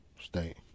state